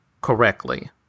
correctly